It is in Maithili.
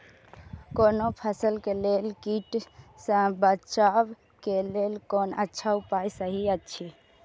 कोनो फसल के लेल कीट सँ बचाव के लेल कोन अच्छा उपाय सहि अछि?